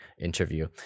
interview